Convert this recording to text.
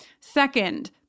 Second